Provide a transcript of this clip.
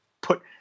put –